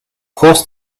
course